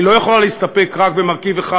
היא לא יכולה להסתפק רק במרכיב אחד.